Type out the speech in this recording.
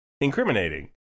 incriminating